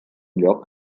lloc